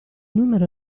numero